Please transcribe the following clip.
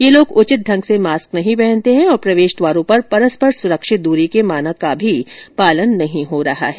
ये लोग उचित ढंग से मास्क नहीं पहनते हैं और प्रवेश द्वारों पर परस्पर सुरक्षित दूरी को मानक का भी पालन नहीं हो रहा है